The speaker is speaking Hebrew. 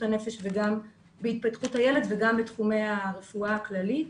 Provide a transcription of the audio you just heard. הנפש וגם בהתפתחות הילד וגם בתחומי הרפואה הכללית.